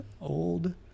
Old